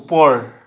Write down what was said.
ওপৰ